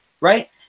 right